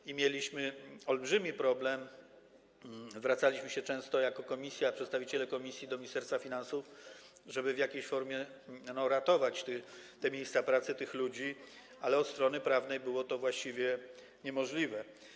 I mieliśmy olbrzymi problem, zwracaliśmy się często jako komisja, przedstawiciele komisji do Ministerstwa Finansów, żeby w jakiejś formie ratować te miejsca pracy, tych ludzi, ale od strony prawnej było to właściwie niemożliwe.